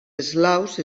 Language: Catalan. eslaus